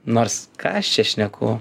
nors ką aš čia šneku